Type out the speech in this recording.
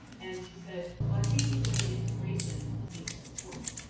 and she said, well i think people in reintegration need support,